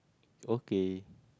okay